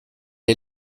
est